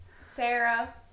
sarah